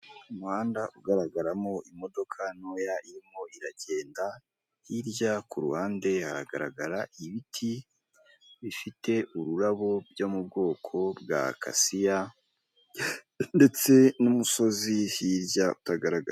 Umuhanda ugaragaramo imodoka ntoya irimo iragenda, hirya ku ruhande hagaragara ibiti bifite ururabo byo mu bwoko bwa kasiya ndetse n'umusozi hirya utagaragara.